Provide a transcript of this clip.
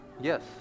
Yes